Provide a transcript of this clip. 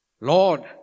Lord